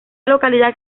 localidad